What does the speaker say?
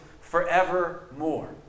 forevermore